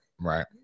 right